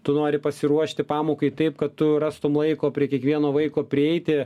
tu nori pasiruošti pamokai taip kad tu rastum laiko prie kiekvieno vaiko prieiti